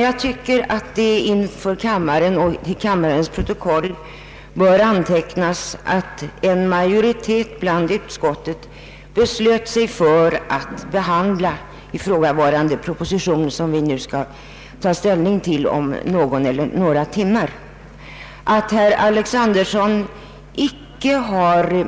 Jag tycker dock att det inför kammarens ledamöter bör framhållas, och i kammarens protokoll antecknas, att en majoritet inom utskottet beslutade sig för att behandla ifrågavarande proposition — som vi nu skall ta ställning till om någon eller några timmar — och att herr Alexanderson icke har